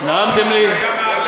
נעמתם לי.